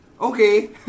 Okay